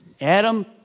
Adam